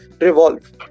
revolve